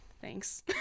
Thanks